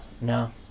No